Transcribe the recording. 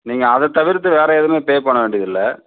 நீங்கள் அதை தவிர்த்து வேறு எதுன்னா பே பண்ண வேண்டியது இல்லை